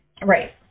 Right